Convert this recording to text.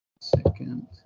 second